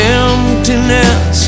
emptiness